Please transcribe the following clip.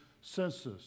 census